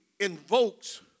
invokes